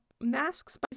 masks